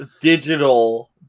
digital